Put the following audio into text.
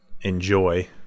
enjoy